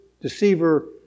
deceiver